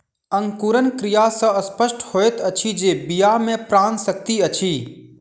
अंकुरण क्रिया सॅ स्पष्ट होइत अछि जे बीया मे प्राण शक्ति अछि